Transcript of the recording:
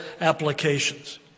applications